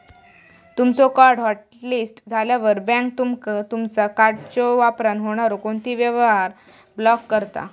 तुमचो card hotlist झाल्यावर, bank तुमचा कार्डच्यो वापरान होणारो कोणतोही व्यवहार ब्लॉक करता